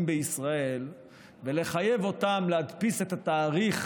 בישראל ולחייב אותם להדפיס את התאריך